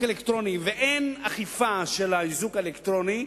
אלקטרוני ואין אכיפה של האיזוק האלקטרוני,